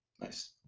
nice